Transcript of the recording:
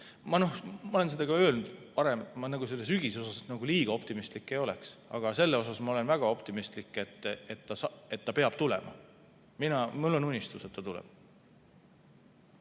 Ma olen seda varem öelnud, et ma selle sügise suhtes liiga optimistlik ei oleks, aga selles ma olen väga optimistlik, et ta peab tulema. Mul on unistus, et ta tuleb.